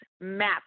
map